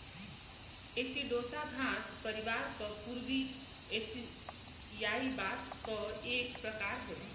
एसिडोसा घास परिवार क पूर्वी एसियाई बांस क एक प्रकार होला